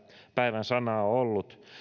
sana on ollut